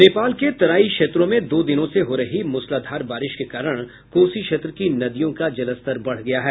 नेपाल के तराई क्षेत्र में दो दिनों से हो रही मूसलाधार बारिश के कारण कोसी क्षेत्र की नदियों का जलस्तर बढ़ गया है